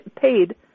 paid